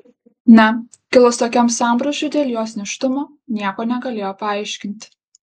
na kilus tokiam sambrūzdžiui dėl jos nėštumo nieko negalėjo paaiškinti